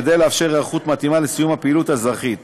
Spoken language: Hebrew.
כדי לאפשר היערכות מתאימה לסיום הפעילות האזרחית